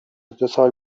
دوسال